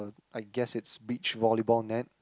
I guess it's beach volleyball net